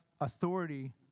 authority